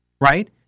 right